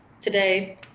today